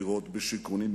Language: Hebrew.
דירות בשיכונים,